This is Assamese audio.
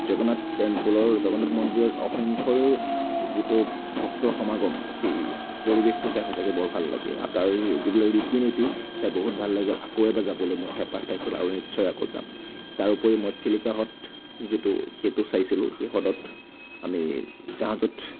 জগন্নাথ টেম্পলৰ জগন্নাথ মন্দিৰৰ অসংখ্য যিটো ভক্তৰ সমাগম সেই পৰিৱেশটো চাই সঁচাকৈ বৰ ভাল লাগে আৰু তাৰ যিবিলাক ৰীতি নীতি চাই বহুত ভাল লাগিল আকৌ এবাৰ যাবলৈ মোৰ হেঁপাহ থাকিল আৰু নিশ্চয় আকৌ যাম তাৰ উপৰি মই চিলিকা হ্ৰদ যিটো সেইটো চাইছিলোঁ সেই হ্ৰদত আমি জাহাজত